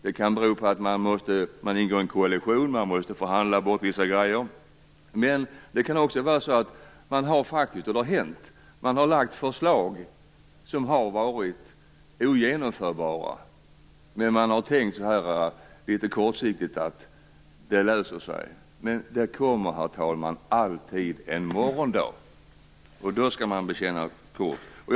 Det kan bero på att man ingår i en koalition och måste förhandla bort vissa saker. Men det kan också vara så - det har hänt - att man har lagt fram förslag som har varit ogenomförbara och sedan litet kortsiktigt tänkt att det löser sig. Men, herr talman, det kommer alltid en morgondag, och då skall man bekänna färg.